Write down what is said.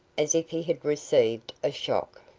as if he had received a shock.